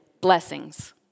blessings